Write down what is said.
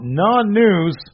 non-news